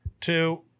two